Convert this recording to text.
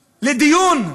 לדיון,